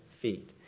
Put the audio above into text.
feet